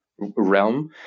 realm